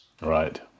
Right